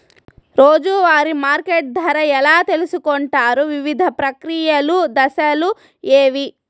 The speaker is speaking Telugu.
రోజూ వారి మార్కెట్ ధర ఎలా తెలుసుకొంటారు వివిధ ప్రక్రియలు దశలు ఏవి?